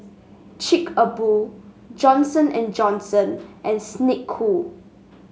Chic A Boo Johnson And Johnson and Snek Ku